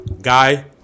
guy